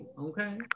Okay